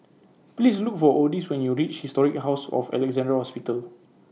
Please Look For Odis when YOU REACH Historic House of Alexandra Hospital